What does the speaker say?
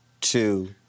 two